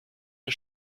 wir